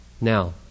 Now